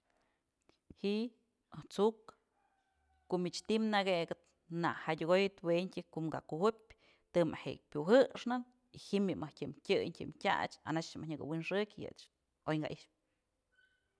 Ji'i t'suk ko'o mich ti'i nëkëkëp na jadyëkoyët wentyë ko'o kë kujüpyë të mëjk je'e kyujëxnë ji'im yëmëjk tyëm tyën tyëm tyach anaxë mëjk nyëkë wi'inxëkyë yëch oy ka i'ixpë.